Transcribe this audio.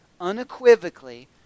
unequivocally